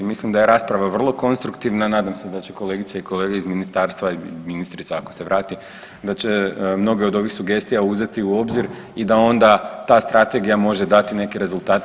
Mislim da je rasprava vrlo konstruktivna i nadam se da će kolegice i kolege iz ministarstva i ministrica ako se vrati da će mnoge od ovih sugestija uzeti u obzir i da onda ta strategija može dati neke rezultate.